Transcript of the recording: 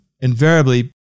invariably